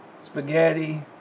spaghetti